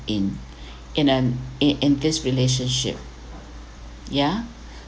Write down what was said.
in in an in in this relationship ya